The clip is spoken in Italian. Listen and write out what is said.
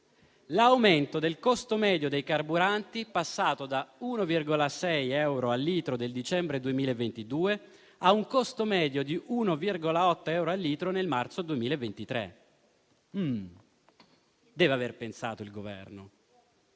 L'aumento del costo medio dei carburanti, passato da 1,6 euro a litro del dicembre 2022 a un costo medio di 1,8 a litro del marzo 2023. Il Governo